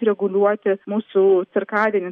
reguliuoti mūsų cirkadinį